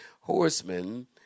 horsemen